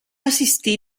assistir